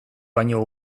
baino